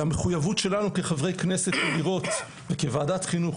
המחויבות שלנו כחברי כנסת וכוועדת חינוך,